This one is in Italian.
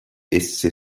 esse